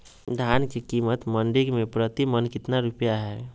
धान के कीमत मंडी में प्रति मन कितना रुपया हाय?